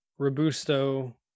Robusto